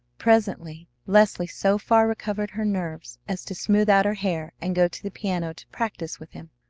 presently leslie so far recovered her nerves as to smooth out her hair and go to the piano to practise with him.